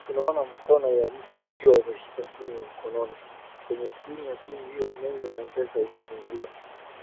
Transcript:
Tunaona mkono wa mtu ukiwa umeshika simu ya mkononi. Kwenye skrini ya simu hiyo menyu ya Mpesa imefunguliwa,